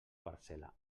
parcel·la